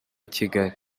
kigali